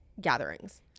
gatherings